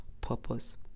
purpose